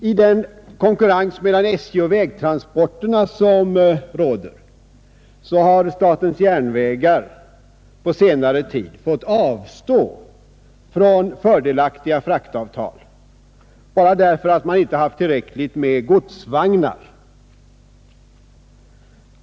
I den konkurrens som råder mellan SJ och vägtransporterna har statens järnvägar på senare tid fått avstå från fördelaktiga fraktavtal bara därför att man inte haft tillräckligt med godsvagnar.